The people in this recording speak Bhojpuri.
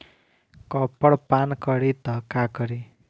कॉपर पान करी त का करी?